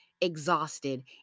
exhausted